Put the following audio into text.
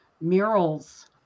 Murals